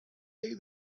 day